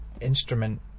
instrument